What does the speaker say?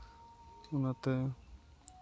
ᱚᱱᱟᱛᱮ